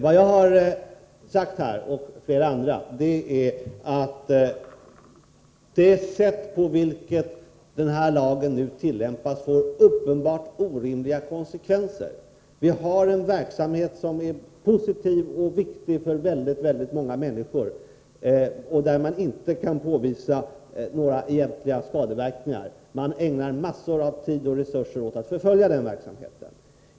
Vad jag och flera andra har sagt här är att det sätt på vilket den här lagen nu tillämpas får uppenbart orimliga konsekvenser. Vi har en verksamhet som är positiv och viktig för väldigt många människor, och man kan inte påvisa några egentliga skadeverkningar. Man ägnar massor av tid och resurser åt att förfölja den verksamheten.